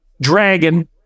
dragon